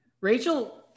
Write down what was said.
Rachel